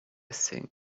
think